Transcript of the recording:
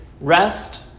Rest